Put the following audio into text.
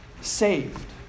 saved